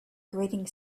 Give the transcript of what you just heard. grating